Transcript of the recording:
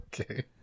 Okay